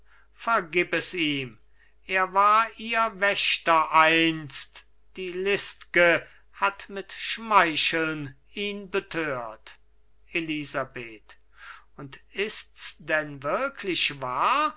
vergib es ihm er war ihr wächter einst die list'ge hat mit schmeicheln ihn betört elisabeth und ist's denn wirklich wahr